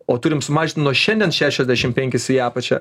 o turim sumažint nuo šiandien šešiasdešimt penkis į apačią